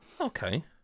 Okay